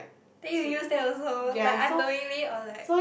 then you used that also like unknowingly or like